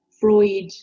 Freud